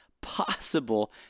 possible